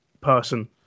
person